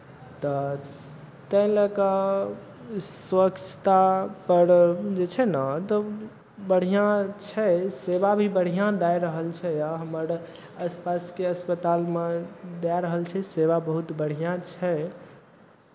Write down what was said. तऽ ताहि लऽ कऽ स्वछतापर जे छै ने तऽ बढ़िआँ छै सेवा भी बढ़िआँ दए रहल छै आ हमर आस पासके अस्पतालमे दए रहल छै सेवा बहुत बढ़िआँ छै